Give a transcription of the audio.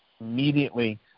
immediately